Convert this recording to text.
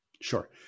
Sure